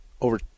over